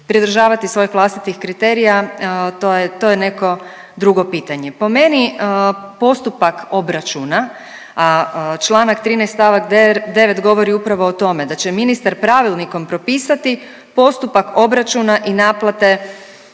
pridržavati svojih vlastitih kriterija to je, to je neko drugo pitanje. Po meni postupak obračuna, a čl. 13. st. 9. govori upravo o tome, da će ministar pravilnikom propisati postupak obračuna i naplate